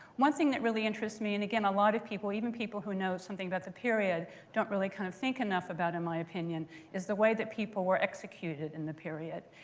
one thing that really interests me and again a lot of people, even people who know something the period don't really kind of think enough about, in my opinion is the way that people were executed in the period.